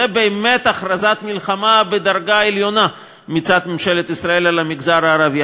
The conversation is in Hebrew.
זו באמת הכרזת מלחמה בדרגה עליונה מצד ממשלת ישראל על המגזר הערבי,